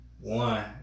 One